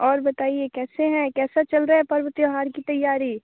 और बताइए कैसे हैं कैसा चल रा है पर्व त्यौहार की तैयारी